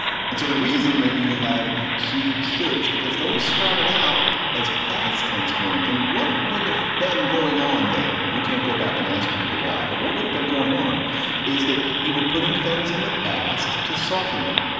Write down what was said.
and so the reason that you have she should is because those started out as past tense forms and what would have been going on there. and we can't go back and ask people why. but what would have been going on is that you were putting things in the past to soften them,